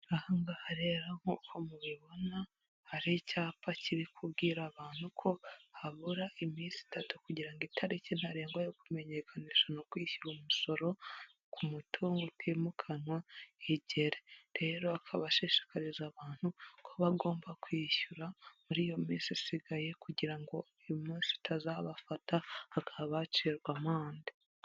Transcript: Aha ngaha rero nk'uko mubibona hari icyapa kiri kubwira abantu ko habura iminsi itatu kugira ngo itariki ntarengwa yo kumenyekanisha no kwishyura umusoro ku mutungo utimukanwa igere, rero akaba ashishikariza abantu kuba bagomba kwishyura muri iyo minsi isigaye kugira ngo uyu munsi utazabafata bakaba bacibwa amande.